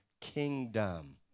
kingdom